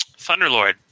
Thunderlord